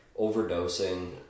overdosing